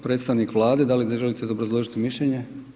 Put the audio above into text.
Predstavnik Vlade da li želite obrazložiti mišljenje?